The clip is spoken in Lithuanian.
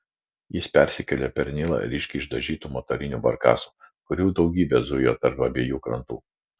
jis persikėlė per nilą ryškiai išdažytu motoriniu barkasu kurių daugybė zujo tarp abiejų krantų